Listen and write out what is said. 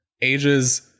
ages